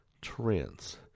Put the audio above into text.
trends